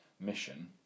mission